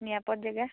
নিৰাপদ জেগা